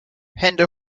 hände